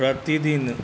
प्रतिदिन